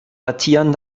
datieren